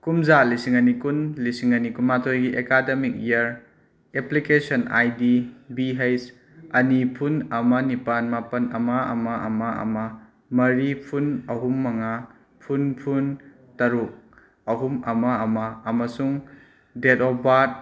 ꯀꯨꯝꯖꯥ ꯂꯤꯁꯤꯡ ꯑꯅꯤ ꯀꯨꯟ ꯂꯤꯁꯤꯡ ꯑꯅꯤ ꯀꯨꯟꯃꯥꯊꯣꯏꯒꯤ academic year application I D B ꯍꯩꯁ ꯑꯅꯤ ꯐꯨꯟ ꯑꯃ ꯅꯤꯄꯥꯜ ꯃꯥꯄꯜ ꯑꯃ ꯑꯃ ꯑꯃ ꯑꯃ ꯃꯔꯤ ꯐꯨꯟ ꯑꯍꯨꯝ ꯃꯉꯥ ꯐꯨꯟ ꯐꯨꯟ ꯇꯔꯨꯛ ꯑꯍꯨꯝ ꯑꯃ ꯑꯃ ꯑꯃꯁꯨꯡ ꯗꯦꯠ ꯑꯣꯐ ꯕꯥꯔꯠ